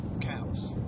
cows